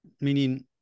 Meaning